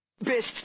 Best